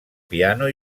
piano